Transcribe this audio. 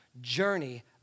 journey